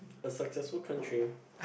a successful country